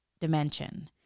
dimension